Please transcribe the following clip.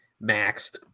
Max